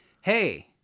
Hey